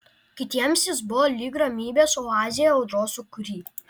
kitiems jis buvo lyg ramybės oazė audros sūkury